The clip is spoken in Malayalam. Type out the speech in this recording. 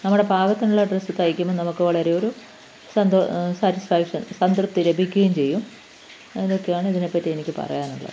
നമ്മുടെ പാകത്തിലുള്ള ഡ്രസ്സ് തയ്ക്കുമ്പോൾ നമുക്ക് വളരെ ഒരു സാറ്റിസ്ഫാക്ഷൻ സംതൃപ്തി ലഭിക്കുകയും ചെയ്യും അതൊക്കെയാണ് ഇതിനെപ്പറ്റി എനിക്ക് പറയാനുള്ളത്